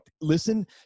listen